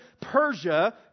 Persia